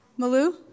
Malou